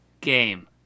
game